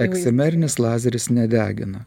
eksimerinis lazeris nedegina